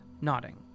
nodding